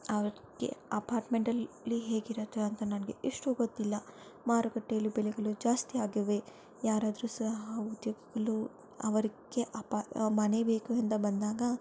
ಅವ್ರಿಗೆ ಅಪಾರ್ಟ್ಮೆಂಟಲ್ಲಿ ಹೇಗಿರತ್ತೆ ಅಂತ ನನಗೆ ಇಷ್ಟು ಗೊತ್ತಿಲ್ಲ ಮಾರುಕಟ್ಟೆಯಲ್ಲಿ ಬೆಲೆಗಳು ಜಾಸ್ತಿ ಆಗಿವೆ ಯಾರಾದ್ರೂ ಸಹಉದ್ಯೋಗಿಗಳು ಅವರಿಗೆ ಅಪ ಮನೆ ಬೇಕು ಎಂದು ಬಂದಾಗ